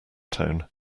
tone